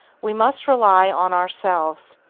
we must rely on ourselves,